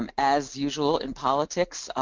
um as usual in politics,